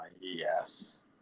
Yes